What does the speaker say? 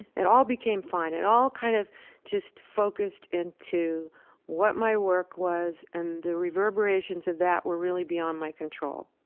it all became fine. it all kind of just focused focused into what my work was, and the reverberations of that were really beyond my control,